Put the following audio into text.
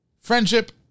friendship